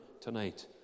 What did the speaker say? tonight